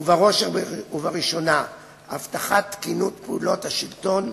ובראש ובראשונה הבטחת תקינות פעולות השלטון,